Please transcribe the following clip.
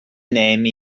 name